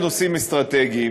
המשרד לנושאים אסטרטגיים,